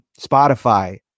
Spotify